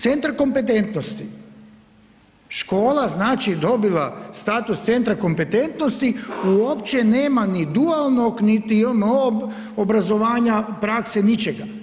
Centar kompetentnosti, škola znači dobila status centra kompetentnosti uopće nema dualnog niti … obrazovanje, prakse ničega.